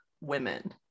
women